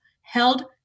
held